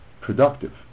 productive